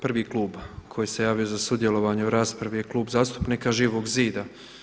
Prvi klub koji se javio za sudjelovanje u raspravi je Klub zastupnika Živog zida.